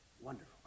wonderful